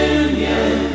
union